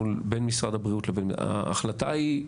ההחלטה היא,